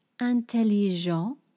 intelligent